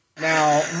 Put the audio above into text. Now